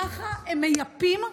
ככה הם מייפים,